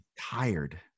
tired